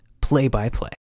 play-by-play